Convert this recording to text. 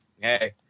hey